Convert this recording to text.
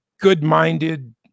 good-minded